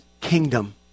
kingdom